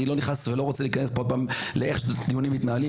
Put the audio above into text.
אני לא רוצה להיכנס פה עוד פעם לאופן שבו מתנהלים הדיונים.